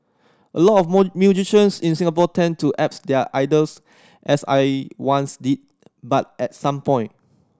a lot of more musicians in Singapore tend to apes their idols as I once did but at some point